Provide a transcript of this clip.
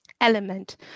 element